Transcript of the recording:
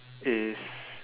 is